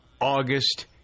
August